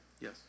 Yes